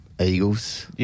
Eagles